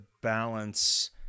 balance